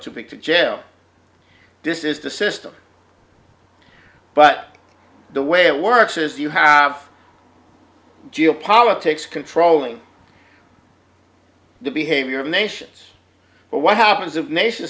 to jail this is the system but the way it works is you have geopolitics controlling the behavior of nations but what happens if nation